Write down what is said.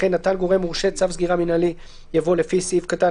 אחרי "נתן גורם מורשה צו סגירה מינהלי" יבוא "לפי סעיף קטן